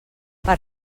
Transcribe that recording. per